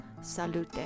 salute